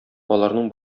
аларның